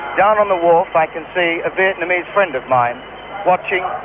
down on the wharf i can see a vietnamese friend of mine watching,